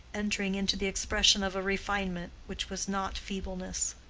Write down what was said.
entering into the expression of a refinement which was not feebleness.